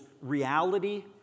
reality